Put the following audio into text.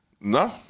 No